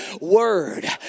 word